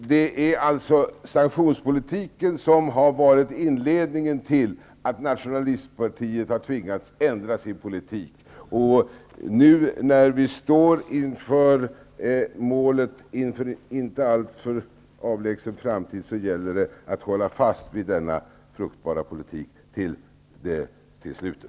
Det är alltså sanktionspolitiken som har varit anledningen till att nationalistpartiet har tvingats ändra sin politik. När vi nu står inför målet, i en inte alltför avlägsen framtid, gäller det att hålla fast vid denna fruktbara politik till slutet.